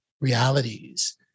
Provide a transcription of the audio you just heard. realities